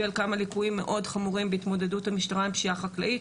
על כמה ליקויים מאוד חמורים בהתמודדות המשטרה עם פשיעה חקלאית.